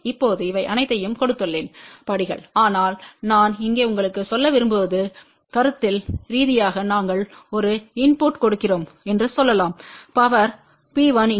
இப்போது இவை அனைத்தையும் கொடுத்துள்ளேன் படிகள் ஆனால் நான் இங்கே உங்களுக்கு சொல்ல விரும்புவது கருத்தியல் ரீதியாக நாங்கள் ஒரு இன்புட்ட்டைக் கொடுக்கிறோம் என்று சொல்லலாம் பவர் P1இங்கே